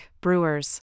Brewers